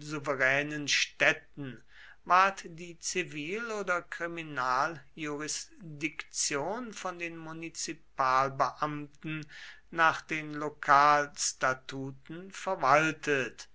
souveränen städten ward die zivil oder kriminaljurisdiktion von den munizipalbeamten nach den lokalstatuten verwaltet